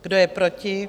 Kdo je proti?